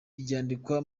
ryandikwa